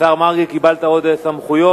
השר מרגי, קיבלת עוד סמכויות.